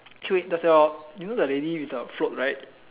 wait does your you know the lady with the float right